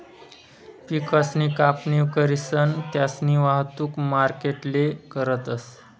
पिकसनी कापणी करीसन त्यास्नी वाहतुक मार्केटले करतस